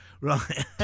Right